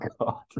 god